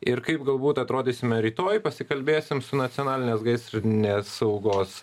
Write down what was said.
ir kaip galbūt atrodysime rytoj pasikalbėsim su nacionalinės gaisrinės saugos